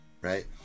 right